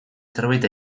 zerbait